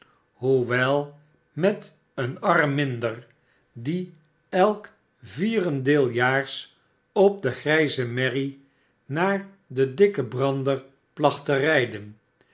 hoewel met een arm minder die elk vierendeeljaars op de grijze merrie naar den dikken brander placht te rijden